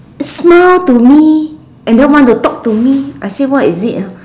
smile to me and then want to talk to me I say what is it ah